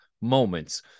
moments